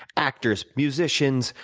actors, musicians,